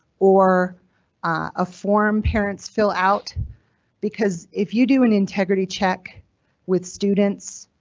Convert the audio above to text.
or a form parents fill out because if you do an integrity check with students.